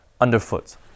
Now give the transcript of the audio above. underfoot